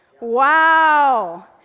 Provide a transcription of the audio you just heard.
Wow